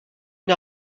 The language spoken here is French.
une